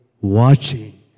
watching